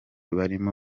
barimo